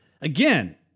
Again